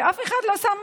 ואף אחד לא שם